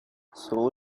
seoul